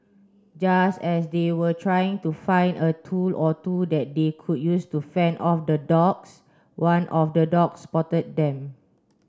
just as they were trying to find a tool or two that they could use to fend off the dogs one of the dogs spotted them